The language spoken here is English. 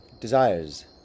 desires